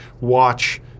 watch